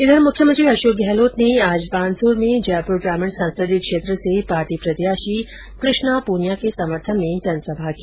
इधर मुख्यमंत्री अशोक गहलोत ने आज बानसुर में जयपुर ग्रामीण संसदीय क्षेत्र से पार्टी प्रत्याशी कृष्णा प्रनिया के समर्थन में जनसभा की